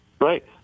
Right